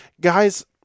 guys